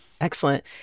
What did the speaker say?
Excellent